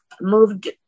moved